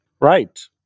Right